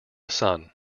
son